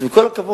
אבל עם כל הכבוד,